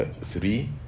three